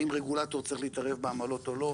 האם רגולטור צריך להתערב בעמלות או לא,